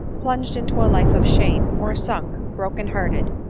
plunged into a life of shame, or sunk, broken-hearted,